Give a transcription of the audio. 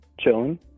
Chilling